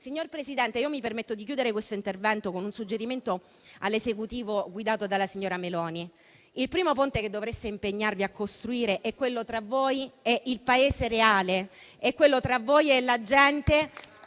Signor Presidente, mi permetto di concludere questo intervento con un suggerimento all'Esecutivo guidato dalla signora Meloni. Il primo ponte che dovreste impegnarvi a costruire è quello tra voi e il Paese reale, quello tra voi e la gente